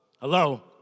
Hello